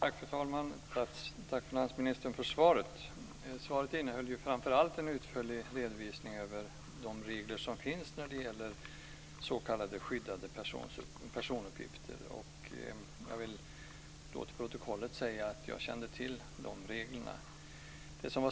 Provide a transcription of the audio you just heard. Fru talman! Jag tackar finansministern för svaret. Svaret innehöll framför allt en utförlig redovisning av de regler som finns om s.k. skyddade personuppgifter. Jag vill till protokollet säga att jag kände till de reglerna.